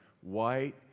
white